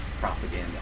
propaganda